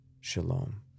shalom